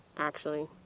actually.